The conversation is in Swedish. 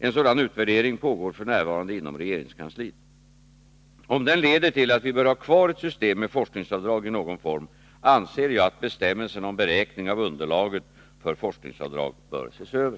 En sådan utvärdering pågår f. n. inom regeringskansliet. Om den leder till att vi bör ha kvar ett system med forskningsavdrag i någon form anser jag att bestämmelserna om beräkning av underlaget för forskningsavdrag bör ses över.